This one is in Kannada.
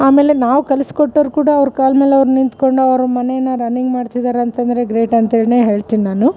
ಆಮೇಲೆ ನಾವು ಕಲ್ಸಿಕೊಟ್ಟೋರ್ ಕೂಡ ಅವ್ರ ಕಾಲ್ಮೆಲೆ ಅವ್ರು ನಿಂತ್ಕೊಂಡು ಅವ್ರು ಮನೇನ ರನ್ನಿಂಗ್ ಮಾಡ್ತಿದಾರೆ ಅಂತಂದರೆ ಗ್ರೇಟ್ ಅಂತ ಹೇಳ್ತಿನಿ ನಾನು